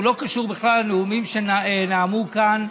הוא לא קשור בכלל לנאומים שנאמו כאן,